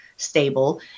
Stable